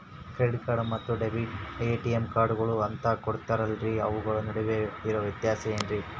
Credit card ಮತ್ತ ATM ಕಾರ್ಡುಗಳು ಅಂತಾ ಕೊಡುತ್ತಾರಲ್ರಿ ಅವುಗಳ ನಡುವೆ ಇರೋ ವ್ಯತ್ಯಾಸ ಏನ್ರಿ?